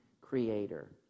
creator